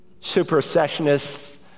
supersessionists